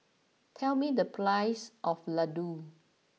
tell me the price of Ladoo